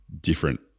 different